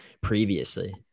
previously